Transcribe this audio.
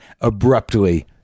abruptly